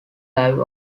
live